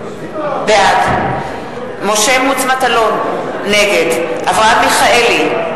בעד משה מטלון, נגד אברהם מיכאלי,